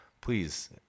please